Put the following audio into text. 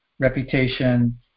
reputation